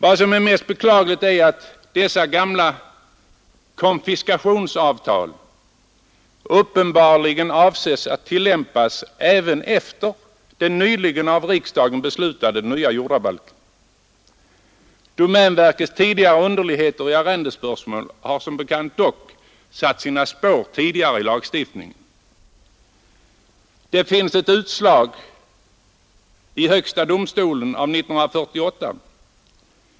Vad som är mest beklagligt är att dessa gamla konfiskationsavtal uppenbarligen avses bli tillämpade även efter den nyligen av riksdagen beslutade nya jordabalkens ikraftträdande. Domänverkets tidigare underligheter i arrendespörsmål har som bekant dock satt sina spår tidigare i lagstiftningen. Det finns ett utslag av högsta domstolen år 1948.